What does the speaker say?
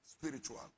spiritual